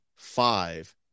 five